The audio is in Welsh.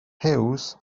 huws